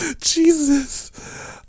jesus